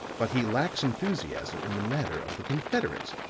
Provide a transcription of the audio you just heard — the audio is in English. but he lacks enthusiasm in the matter of the confederate.